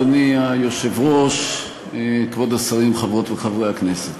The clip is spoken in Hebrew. אדוני היושב-ראש, כבוד השרים, חברות וחברי הכנסת,